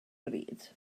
bryd